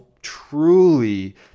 truly